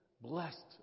blessed